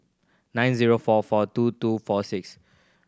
nine zero four four two two four six